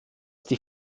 die